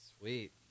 sweet